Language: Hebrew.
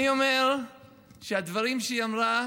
אני אומר שהדברים שהיא אמרה